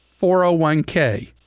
401k